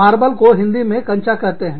marble को हिंदी में कंचा कहते हैं